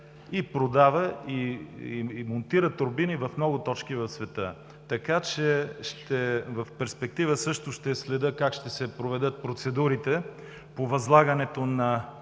продава и монтира турбини в много точки в света. В перспектива също ще следя как ще се проведат процедурите по възлагането на